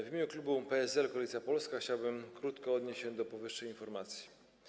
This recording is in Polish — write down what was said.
W imieniu klubu PSL - Koalicja Polska chciałbym krótko odnieść się do powyższej informacji.